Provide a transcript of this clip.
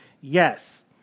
Yes